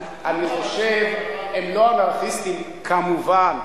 אני חושב, הם לא אנרכיסטים כמובן.